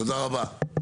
תודה רבה.